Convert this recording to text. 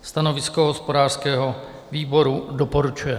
Stanovisko hospodářského výboru: Doporučuje.